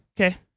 Okay